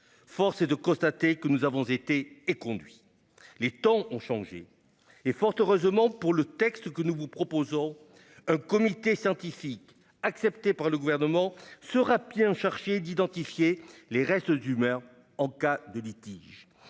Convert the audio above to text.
Force est de constater que nous avons été éconduits. Les temps ont changé. Fort heureusement pour le texte que nous vous proposons, un comité scientifique, accepté par le Gouvernement, sera bien chargé d'identifier les restes humains en cas de litige.